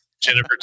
Jennifer